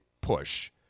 push